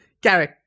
Gary